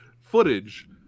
footage